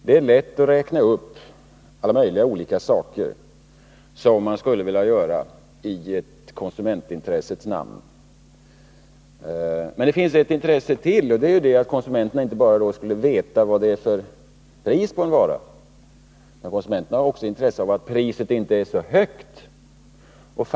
Det är lätt att räkna upp alla möjliga olika saker som man skulle vilja göra i konsumentintressets namn, men konsumenterna har intresse inte bara av priset på en vara utan också av att detta pris inte är onödigt högt.